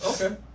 okay